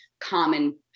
common